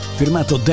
firmato